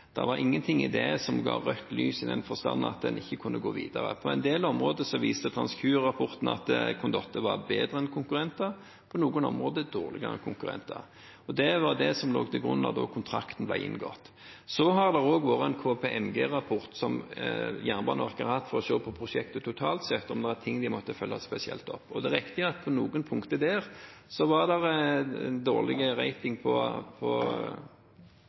var ingenting i det som ga rødt lys, i den forstand at en ikke kunne gå videre. På en del områder viste TransQ-rapporten at Condotte var bedre enn konkurrenter, på andre områder var de dårligere enn konkurrenter. Det lå til grunn da kontrakten ble inngått. Det har også vært en KPMG-rapport, som Jernbaneverket har hatt for å se på prosjektet totalt sett, og for å se om det var noe de måtte følge opp spesielt. Det er riktig at det på noen punkter i den var en dårlig rating på